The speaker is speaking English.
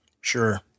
Sure